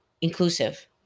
inclusive